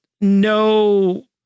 no